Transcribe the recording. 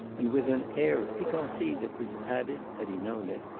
and with an air of piquancy that was added, had he known it,